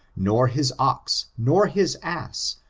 nor his ox, nor his ass,